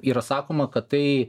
yra sakoma kad tai